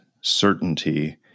certainty